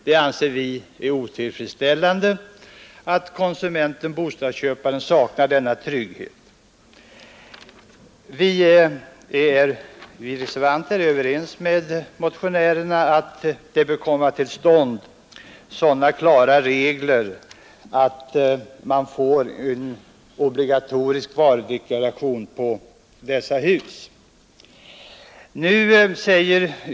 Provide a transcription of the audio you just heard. Vi anser att det är otillfredsställande att konsumenten-bostadsköparen saknar denna trygghet. Vi reservanter är överens med motionärerna om att det må komma till stånd sådana klara regler att man får en obligatorisk varudeklaration på dessa hus.